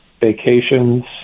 vacations